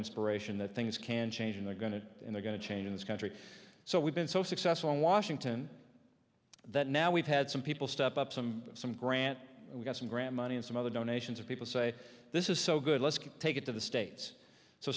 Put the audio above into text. inspiration that things can change and they're going to in the going to change in this country so we've been so successful in washington that now we've had some people step up some some grant we got some graham money and some other donations of people say this is so good let's take it to the states so